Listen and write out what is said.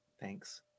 thanks